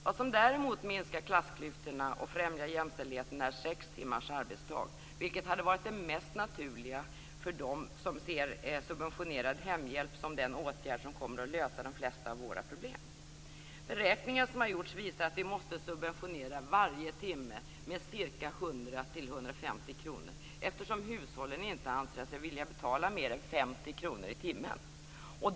Vad som däremot minskar klassklyftorna och främjar jämställdheten är sex timmars arbetsdag, vilket hade varit det mest naturliga för dem som ser subventionerad hemhjälp som den åtgärd som kommer att lösa de flesta av våra problem. Beräkningar som har gjorts visar att vi måste subventionera varje timme med 100 till 150 kr, eftersom hushållen inte anser sig vilja betala mer än 50 kr i timmen.